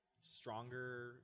stronger